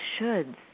shoulds